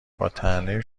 باطعنه